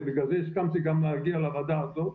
ובגלל זה הסכמתי גם להגיע לוועדה הזאת,